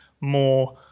more